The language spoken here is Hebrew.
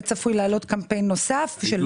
וצפוי לעלות קמפיין נוסף של פייק ניוז.